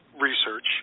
research